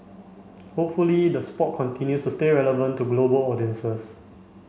hopefully the sport continues to stay relevant to global audiences